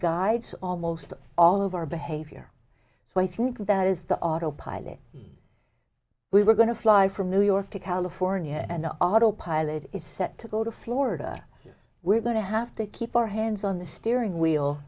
guides almost all of our behavior so i think that is the autopilot we were going to fly from new york to california and the autopilot is set to go to florida we're going to have to keep our hands on the steering wheel